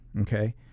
okay